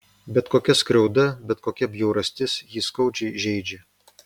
bet kokia skriauda bet kokia bjaurastis jį skaudžiai žeidžia